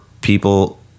people